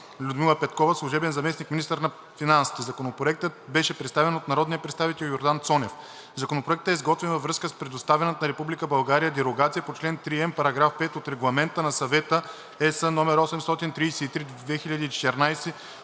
Людмила Петкова – служебен заместник-министър на финансите. Законопроектът беше представен от народния представител Йордан Цонев. Законопроектът е изготвен във връзка с предоставената на Република България дерогация по чл. 3м, параграф 5 от Регламент на Съвета (ЕС) № 833/2014